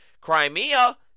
Crimea